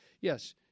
yes